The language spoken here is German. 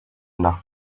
nach